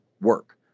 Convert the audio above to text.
work